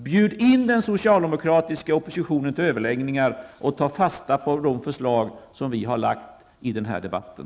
Bjud in den socialdemokratiska oppositionen till överläggningar och ta fasta på de förslag som vi har lagt fram i den här debatten.